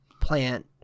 plant